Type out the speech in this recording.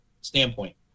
standpoint